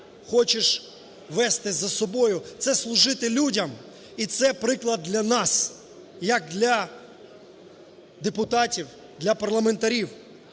хочеш вести за собою - це служити людям. І це приклад для нас, як для депутатів, для парламентарів.